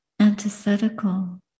antithetical